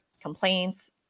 complaints